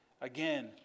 Again